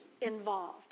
involved